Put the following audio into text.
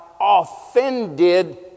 offended